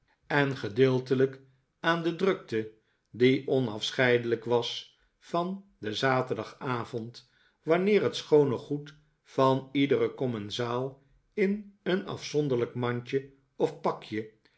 was deeltelijk aan de drukte die onafscheidelijk was van den zaterdagavond wanneer het schoone goed van iederen commensaal in een afzonderlijk mandje of pakje